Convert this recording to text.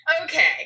Okay